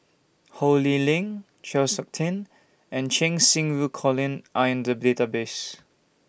Ho Lee Ling Chng Seok Tin and Cheng Xinru Colin Are in The Database